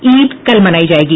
ईद कल मनायी जायेगी